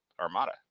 Armada